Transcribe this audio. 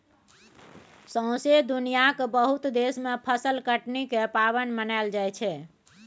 सौसें दुनियाँक बहुत देश मे फसल कटनी केर पाबनि मनाएल जाइ छै